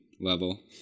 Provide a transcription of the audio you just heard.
level